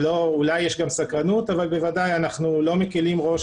אולי יש גם סקרנות, אבל בוודאי אנחנו לא מקלים ראש